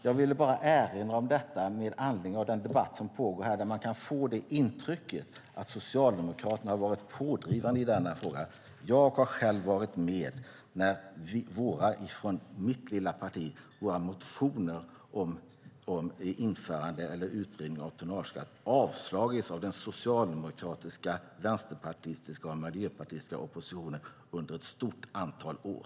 Jag ville bara erinra om detta med anledning av den debatt som pågår här där man kan få intrycket att Socialdemokraterna har varit pådrivande i denna fråga. Jag har själv varit med när motioner från mitt lilla parti om införande eller utredning av tonnageskatt avslagits av den socialdemokratiska, vänsterpartistiska och miljöpartistiska oppositionen under ett stort antal år.